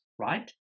right